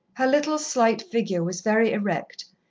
her little, slight figure was very erect,